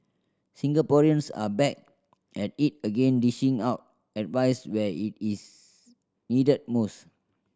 Singaporeans are back at it again dishing out advice where it is needed most